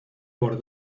por